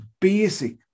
basic